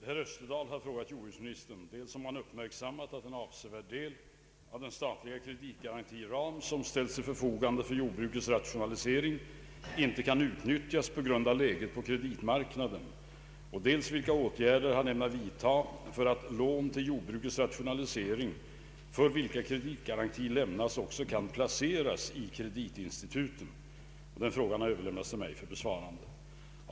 Herr talman! Herr Österdahl har frågat jordbruksministern dels om han uppmärksammat att en avsevärd del av den statliga kreditgarantiram som ställts till förfogande för jordbrukets rationalisering inte kan utnyttjas på grund av läget på kreditmarknaden, dels vilka åtgärder han ämnar vidta för att lån till jordbrukets rationalisering för vilka kreditgaranti lämnas också kan placeras i kreditinstitut. Frågan har överlämnats till mig för besvarande.